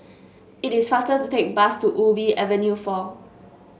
it is faster to take bus to Ubi Avenue four